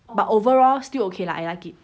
but overall still okay lah I like it